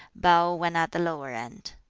bow when at the lower end.